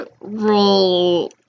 roll